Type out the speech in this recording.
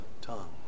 tongue